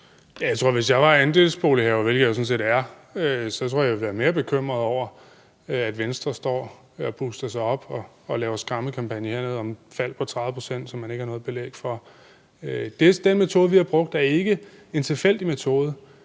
hvilket jeg jo sådan set er, ville jeg være mere bekymret over, at Venstre står og puster sig op og laver skræmmekampagne hernede om fald på 30 pct., som man ikke har noget belæg for. Den metode, vi har brugt, er ikke en tilfældig metode.